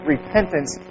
Repentance